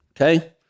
okay